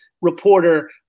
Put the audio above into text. reporter